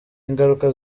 ingaruka